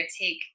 take